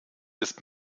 ist